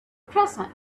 present